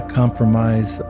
compromise